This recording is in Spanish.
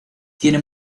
tiene